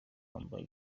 wambaye